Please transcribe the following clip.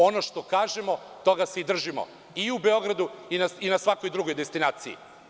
Ono što kažemo, toga se i držimo, i u Beogradu i na svakoj drugoj destinaciji.